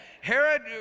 Herod